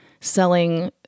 selling